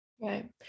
Right